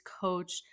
coach